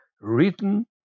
written